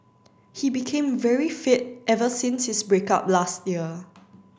he became very fit ever since his break up last year